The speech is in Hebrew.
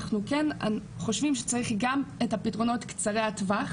אנחנו כן חושבים שצריך גם את הפתרונות קצרי הטווח,